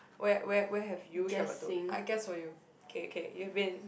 where where where have you travel to I guess for you K K you've been